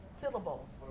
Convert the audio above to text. Syllables